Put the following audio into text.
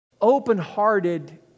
open-hearted